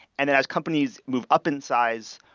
and as companies move up in size,